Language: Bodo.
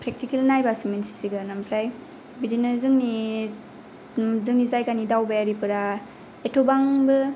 प्रेक्टिकेल नायब्लासो मिन्थिसिगोन ओमफ्राय बिदिनो जोंनि जोंनि जायगानि दावबायारिफोरा एथ'बांबो